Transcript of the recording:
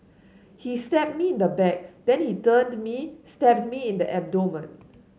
he stabbed me in the back then he turned me stabbed me in the abdomen